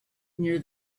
near